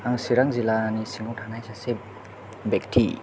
आं चिरां जिल्लानि सिङाव थानाय सासे बेक्ति